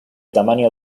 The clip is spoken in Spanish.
tamaño